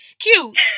cute